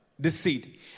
Deceit